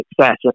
success